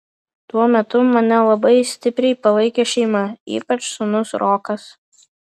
tuo metu mane labai stipriai palaikė šeima ypač sūnus rokas